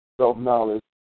Self-knowledge